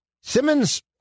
Simmons